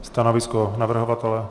Stanovisko navrhovatele?